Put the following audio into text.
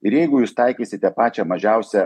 ir jeigu jūs taikysite pačią mažiausią